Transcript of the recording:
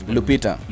Lupita